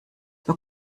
über